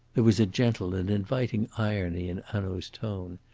there was a gentle and inviting irony in hanaud's tone.